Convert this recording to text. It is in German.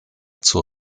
zur